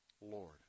Lord